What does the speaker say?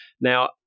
Now